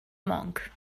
monk